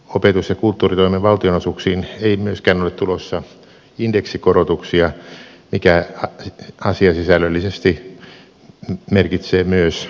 opetus ja kulttuuritoimen valtionosuuksiin ei myöskään ole tulossa indeksikorotuksia mikä asiasisällöllisesti merkitsee myös leikkausta